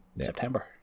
September